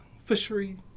fishery